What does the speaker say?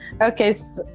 okay